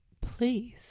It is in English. Please